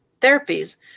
therapies